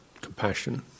compassion